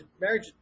marriage